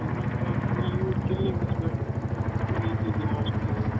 تُہۍ یوٗرۍ کِلنِکَس پٮ۪ٹھ ییٚتی دِموس نَظر